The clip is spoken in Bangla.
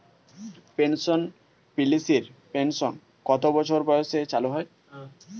পেনশন পলিসির পেনশন কত বছর বয়সে চালু হয়?